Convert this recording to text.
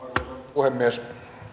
puhemies